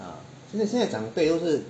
现在长辈都是